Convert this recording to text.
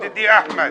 ידידי אחמד,